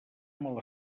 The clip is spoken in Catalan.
molt